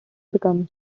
become